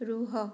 ରୁହ